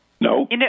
No